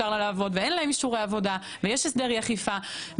אין להם אישורי עבודה ויש הסדר אי אכיפה.